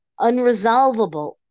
unresolvable